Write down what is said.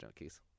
junkies